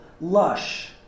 lush